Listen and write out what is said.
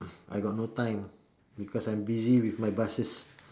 I got no time because I'm busy with my buses